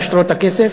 על שטרות הכסף.